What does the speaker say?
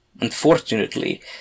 unfortunately